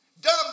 Dumb